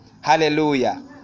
Hallelujah